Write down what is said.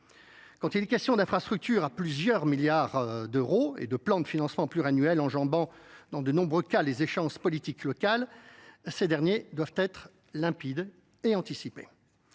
quand il est question d'infrastructures à plusieurs milliards d'euros et de plans de financement pluriannuel enjambant dans de nombreux cas les échéances politiques locales, ces derniers doivent être limpides et anticipés,